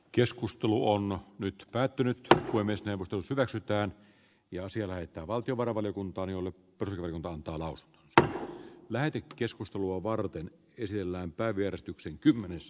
keskustelu on nyt päättynyt voimisti kuin paikallaan ja sillä että valtiovarainvaliokuntaan jolle tärkeintä on talous käy läpi keskustelua niin kuin se tässä esitetään